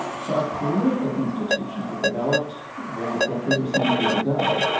so our political institutions were developed various decades or centuries ago,